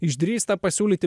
išdrįsta pasiūlyti